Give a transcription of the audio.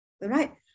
right